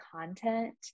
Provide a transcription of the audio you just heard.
content